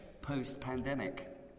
post-pandemic